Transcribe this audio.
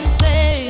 say